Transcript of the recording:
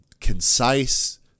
concise